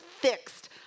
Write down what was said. fixed